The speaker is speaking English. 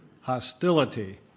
hostility